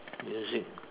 music